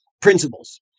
principles